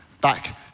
back